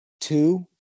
two